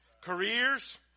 Careers